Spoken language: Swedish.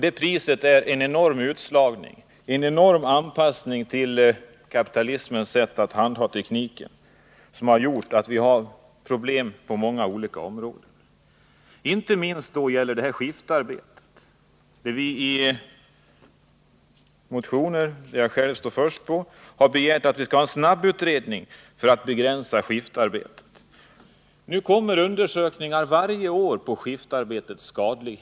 Det priset utgörs av en enorm utslagning, en enorm anpassning till kapitalismens sätt att hantera tekniken. Detta har gjort att vi har problem på många olika områden. En av orsakerna till de problem som uppstått sammanhänger med skiftarbetet. När det gäller den frågan har vi i en motion där jag står som första namn begärt att regeringen skall tillsätta en snabbutredning med uppgift att lägga fram förslag om en begränsning av skiftarbetet. Varje år redovisas det i undersökningar att skiftarbetet är skadligt.